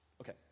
Okay